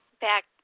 back